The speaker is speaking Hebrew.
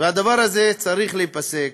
והדבר הזה צריך להיפסק.